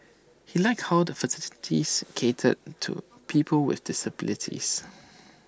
he liked how the cater to people with disabilities